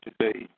today